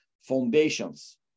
foundations